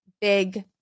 big